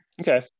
Okay